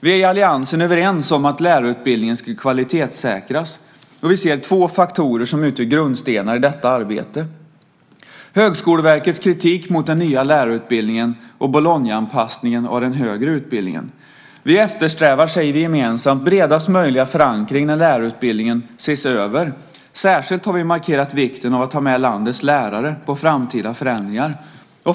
Vi är i alliansen överens om att lärarutbildningen ska kvalitetssäkras. Vi ser två faktorer som utgör grundstenar i detta arbete: Högskoleverkets kritik mot den nya lärarutbildningen och Bolognaanpassningen av den högre utbildningen. Vi eftersträvar, säger vi gemensamt, bredast möjliga förankring när lärarutbildningen ses över. Särskilt har vi markerat vikten av att ha med landets lärare på framtida förändringar.